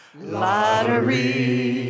lottery